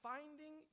Finding